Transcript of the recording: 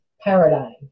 paradigm